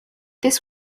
this